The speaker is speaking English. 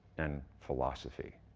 and philosophy.